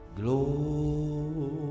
Glory